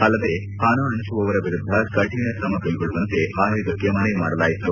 ಅಲ್ಲದೇ ಪಣ ಹಂಚುವವರ ವಿರುದ್ದ ಕಠಿಣ ಕ್ರಮ ಕೈಗೊಳ್ಲುವಂತೆ ಆಯೋಗಕ್ಕೆ ಮನವಿ ಮಾಡಲಾಯಿತು